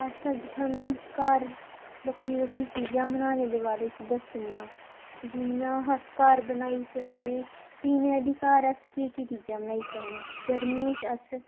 अस अज्ज थुहानूं घर बक्खरी बक्खरी चीजां बनाने दे बारे च दस्सने आं जि'यां अस घर बनाई सकने पीने आह्ली घर अस केह् केह् चीजां बनाई सकने गर्मियें च अस